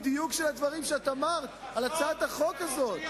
הדברים שאת אמרת בדיוק על הצעת החוק הזאת.